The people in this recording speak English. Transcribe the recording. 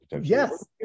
Yes